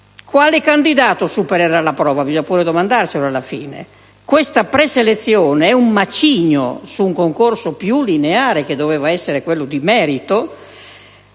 Quale candidato supererà la prova? Bisogna pur chiederselo, alla fine. Questa preselezione è un macigno su un concorso più lineare che avrebbe dovuto essere quello di merito.